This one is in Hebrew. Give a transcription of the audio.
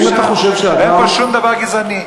אבל האם אתה חושב שאדם, אין פה שום דבר גזעני.